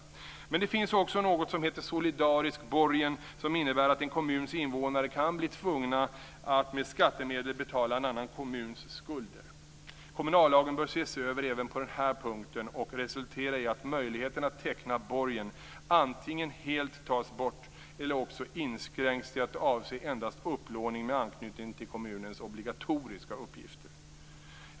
Men det finns också något som heter solidarisk borgen och som innebär att en kommuns invånare kan bli tvungna att med skattemedel betala en annan kommuns skulder. Kommunallagen bör ses över även på denna punkt och resultera i att möjligheten att teckna borgen antingen helt tas bort eller också inskränks till att avse endast upplåning med anknytning till kommunens obligatoriska uppgifter.